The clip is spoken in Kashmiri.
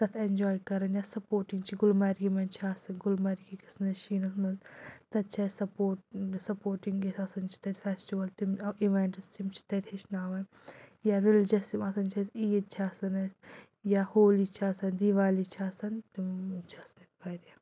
تَتھ اٮ۪نجاے کَرٕنۍ یا سَپوٹِنٛگ چھِ گُلمرگہِ منٛز چھِ آسان گُلمَرگی گژھان أسۍ شیٖنَس منٛز تَتہِ چھِ اَسہِ سَپوٹ سَپوٹِنٛگ یۄس آسان چھِ تَتہِ فیسٹِول تِم اِوٮ۪نٛٹٕس تِم چھِ تَتہِ ہیٚچھناوان یا ریٚلِجَس یِم آسان چھِ اَسہِ عیٖد چھِ آسان اَسہِ یا ہولی چھِ آسان دیٖوالی چھِ آسان تِم چھِ آسان واریاہ